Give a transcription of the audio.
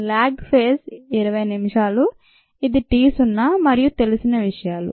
lag phase 20 నిమిషాలు ఇది t సున్నా మరియు తెలిసిన విషయాలు